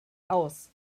aus